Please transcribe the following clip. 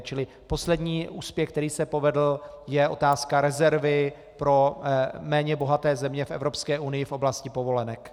Čili poslední úspěch, který se povedl, je otázka rezervy pro méně bohaté země v Evropské unii v oblasti povolenek.